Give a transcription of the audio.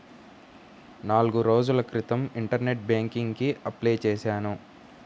నాల్గు రోజుల క్రితం ఇంటర్నెట్ బ్యేంకింగ్ కి అప్లై చేశాను